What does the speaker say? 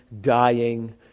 dying